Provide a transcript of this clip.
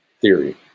theory